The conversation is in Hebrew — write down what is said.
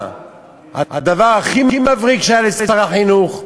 הדבר הכי מבריק שהיה לשר החינוך,